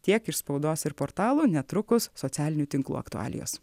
tiek iš spaudos ir portalų netrukus socialinių tinklų aktualijos